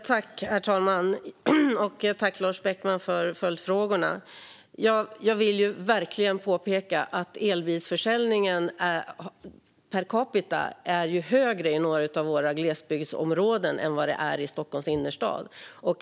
Herr talman! Jag tackar Lars Beckman för följdfrågorna. Jag vill verkligen påpeka att elbilsförsäljningen per capita är högre i några av våra glesbygdsområden än vad den är i Stockholms innerstad.